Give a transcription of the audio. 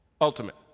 ultimate